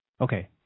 Okay